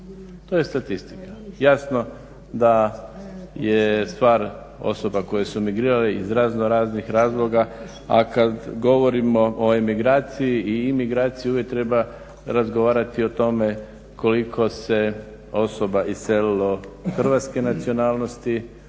To je statistika. Jasno da je stvar osoba koje su migrirale iz razno raznih razloga, a kad govorimo o emigraciji i imigraciji uvijek treba razgovarati o tome koliko se osoba iselilo hrvatske nacionalnosti.